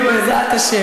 חברי חברי הכנסת,